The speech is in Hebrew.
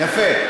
יפה.